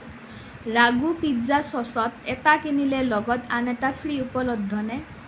ৰাগু pizza চচত এটা কিনিলে লগত আন এটা ফ্ৰী উপলব্ধনে